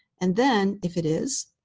and then, if it is,